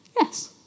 Yes